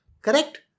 Correct